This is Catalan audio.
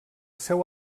seu